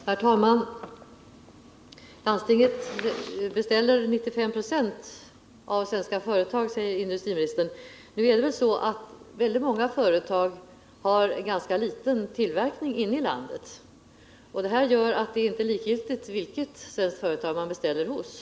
Herr talman! Landstinget beställer 95 96 av sina inköp av textilvaror vid svenska företag, säger industriministern. Många tekoföretag har en ganska liten tillverkning inne i landet, vilket betyder att det inte är likgiltigt hos vilket svenskt företag beställningarna görs.